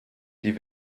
die